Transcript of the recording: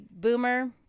boomer